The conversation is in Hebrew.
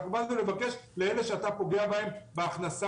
אנחנו באנו לבקש לאלה שאתה פוגע בהם בהכנסה,